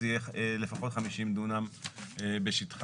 זה יהיה לפחות 50 דונם בשטחה.